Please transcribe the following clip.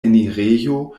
enirejo